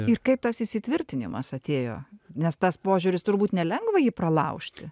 ir kaip tas įsitvirtinimas atėjo nes tas požiūris turbūt nelengva jį pralaužti